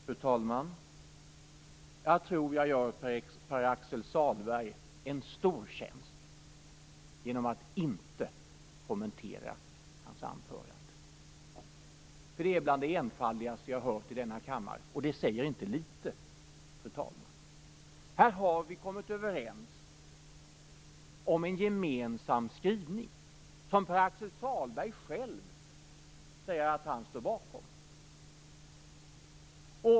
Fru talman! Jag tror jag gör Pär-Axel Sahlberg en stor tjänst genom att inte kommentera hans anförande. Det är bland det enfaldigaste jag har hört i denna kammare, och det säger inte litet, fru talman. Här har vi kommit överens om en gemensam skrivning som Pär-Axel Sahlberg själv säger att han står bakom.